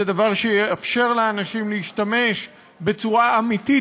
זה דבר שיאפשר לאנשים להשתמש בצורה אמיתית